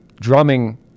drumming